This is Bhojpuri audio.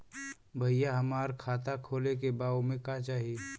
भईया हमार खाता खोले के बा ओमे का चाही?